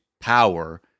power